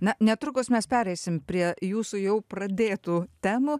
na netrukus mes pereisim prie jūsų jau pradėtų temų